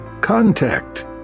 contact